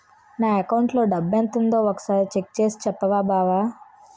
నా అకౌంటులో డబ్బెంతుందో ఒక సారి చెక్ చేసి చెప్పవా బావా